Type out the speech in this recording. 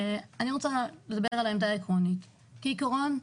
אני רוצה לדבר על העמדה העקרונית כעיקרון,